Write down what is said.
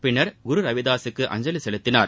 பின்னர் குரு ரவிதாஸுக்கு அஞ்சலி செலுத்தினார்